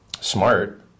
smart